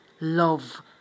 love